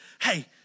hey